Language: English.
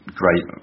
great